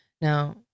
Now